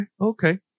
okay